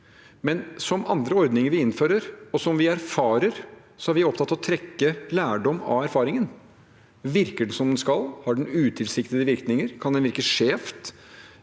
men som med andre ordninger vi innfører, og som vi har erfaring fra, er vi opptatt av å trekke lærdom av erfaringene. Virker den som den skal? Har den utilsiktede virkninger? Kan den virke skjevt?